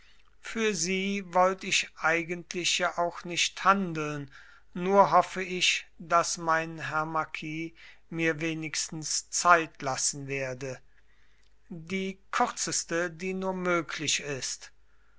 für sie wollt ich eigentlich ja auch nicht handeln nur hoffe ich daß mein herr marquis mir wenigstens zeit lassen werde die kürzeste die nur möglich ist